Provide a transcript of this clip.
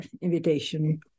invitation